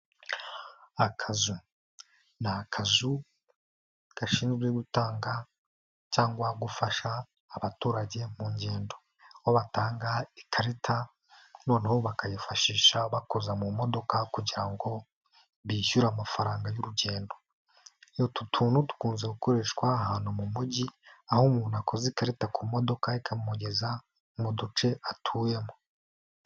Akazu, ni akazu gashinzwe gutanga cyangwa gufasha abaturage mu ngendo, aho batanga ikarita, noneho bakayifashisha bakoza mu modoka kugira ngo bishyure amafaranga y'urugendo, utu tuntu tukunze gukoreshwa ahantu mu mujyi, aho umuntu akoza ikarita ku modoka ikamugeza mu duce atuyemo.